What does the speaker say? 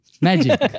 Magic